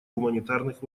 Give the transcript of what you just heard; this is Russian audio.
гуманитарных